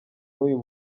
n’uyu